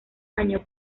año